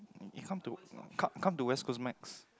it come to come come to West-Coast max